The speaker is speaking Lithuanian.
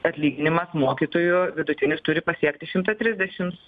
atlyginimas mokytojų vidutinis turi pasiekti šimtą trisdešims